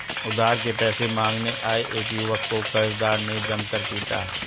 उधार के पैसे मांगने आये एक युवक को कर्जदार ने जमकर पीटा